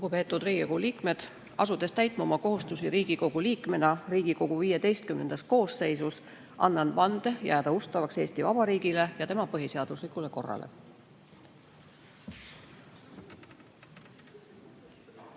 Head kolleegid! Asudes täitma oma kohustusi Riigikogu liikmena Riigikogu XV koosseisus, annan vande jääda ustavaks Eesti Vabariigile ja tema põhiseaduslikule korrale.